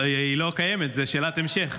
היא לא קיימת, זו שאלת המשך.